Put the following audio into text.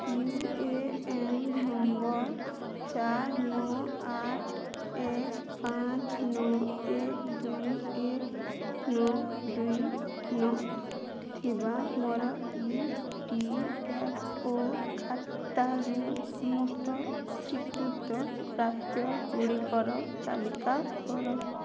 you A N number ଚାର ନଅ ଆଠ ଏକ ପାଞ୍ଚ ନଅ ଏକ ଦୁଇ ଏକ ନଅ ଦୁଇ ନଅ ଥିବା ମୋର ଇ ପି ଏଫ୍ ଓ ଖାତାରୁ ସମସ୍ତ ସ୍ଵୀକୃତ ପ୍ରାପ୍ୟ ଗୁଡ଼ିକର ତାଲିକା କର